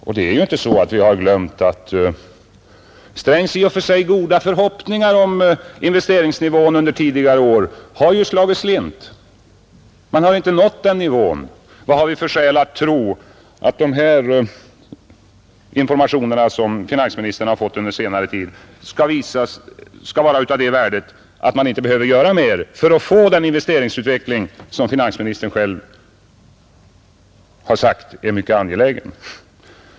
Vi har ju inte glömt att herr Strängs i och för sig goda förhoppningar om investeringsnivån under tidigare år har slagit slint. Man har inte nått den nivån. Vad har vi för skäl att tro att de här informationerna som finansministern har fått under senare tid skall vara av sådant värde att man inte behöver göra mer för att få den investeringsutveckling som enligt vad finansministern själv har sagt är mycket angelägen?